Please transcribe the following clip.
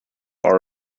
are